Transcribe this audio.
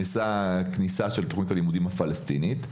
נעשתה כניסה של תוכנית הלימודים הפלסטינית.